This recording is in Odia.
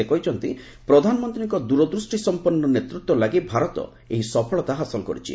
ସେ କହିଛନ୍ତି ପ୍ରଧାନମନ୍ତ୍ରୀଙ୍କ ଦୂରଦୃଷ୍ଟିସମ୍ପନ୍ନ ନେତୃତ୍ୱ ଲାଗି ଭାରତ ଏହି ସଫଳତା ହାସଲ କରିଛି